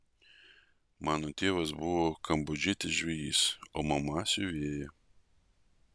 mano tėvas buvo kambodžietis žvejys o mama siuvėja